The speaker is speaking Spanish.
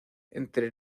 entre